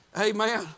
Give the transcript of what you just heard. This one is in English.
Amen